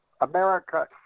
America